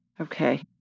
Okay